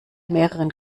mehreren